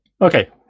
okay